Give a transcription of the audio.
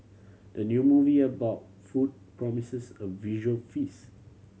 the new movie about food promises a visual feast